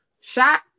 Shot